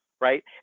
right